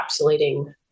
encapsulating